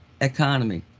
economy